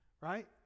right